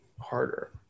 harder